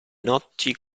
notti